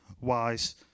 wise